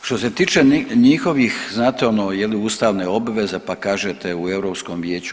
Što se tiče njihovih, znate ono je li ustavne obveze pa kažete u Europskom vijeću.